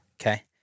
Okay